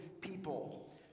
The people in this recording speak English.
people